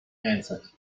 answered